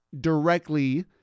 directly